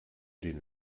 den